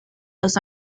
los